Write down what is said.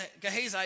Gehazi